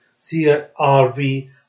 crv